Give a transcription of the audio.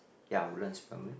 ya Woodlands primary